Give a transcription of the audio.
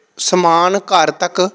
ਸਮਾਨ ਘਰ ਤੱਕ